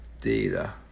data